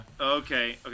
Okay